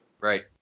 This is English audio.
Right